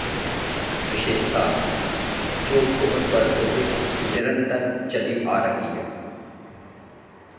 विशेषता है जो बहोत बरसों से निरंतर चली आ रही है